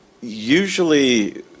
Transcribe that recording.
usually